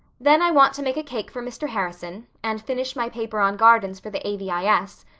then i want to make a cake for mr. harrison and finish my paper on gardens for the a v i s,